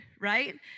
right